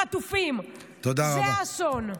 החטופים, זה האסון.